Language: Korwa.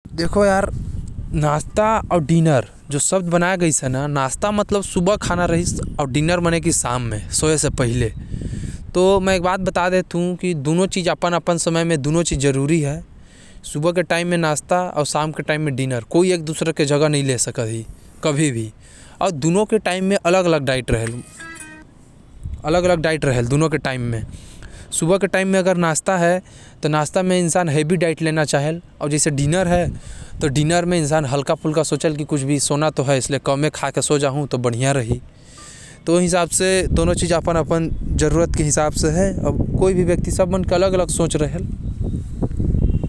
देखा यार, दोनों मन अपन अपन जगह सही हवे। कोई एक दूसरे के जगह नही ले सकत हवे। सुबह के नास्ता जरूरी हवे अउ रात के डिनर जरूरी हवे।